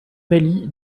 mali